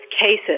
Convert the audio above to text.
cases